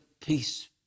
Peace